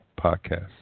podcast